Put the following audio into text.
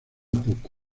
poco